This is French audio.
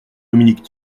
dominique